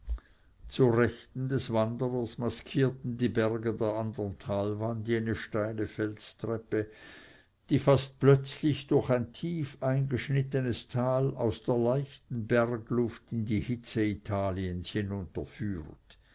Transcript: zur rechten des wanderers maskierten die berge der andern talwand jene steile felstreppe die fast plötzlich durch ein tiefeingeschnittenes tal aus der leichten bergluft in die hitze italiens